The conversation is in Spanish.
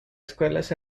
escuelas